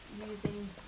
using